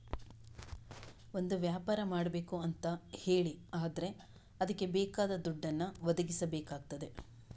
ಒಂದು ವ್ಯಾಪಾರ ಮಾಡ್ಬೇಕು ಅಂತ ಹೇಳಿ ಆದ್ರೆ ಅದ್ಕೆ ಬೇಕಾದ ದುಡ್ಡನ್ನ ಒದಗಿಸಬೇಕಾಗ್ತದೆ